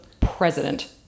president